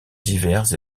divers